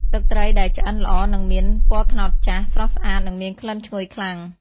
ទឹកត្រីដែលឆ្អិនល្អនឹងមាន ពណ៌ត្នោតចាស់ ស្រស់ស្អាតនិងមានក្លិនឈ្ងុយខ្លាំង។